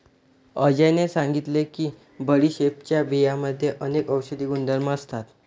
अजयने सांगितले की बडीशेपच्या बियांमध्ये अनेक औषधी गुणधर्म असतात